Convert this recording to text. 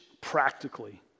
practically